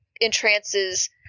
entrances